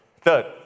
Third